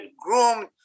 groomed